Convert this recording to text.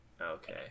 Okay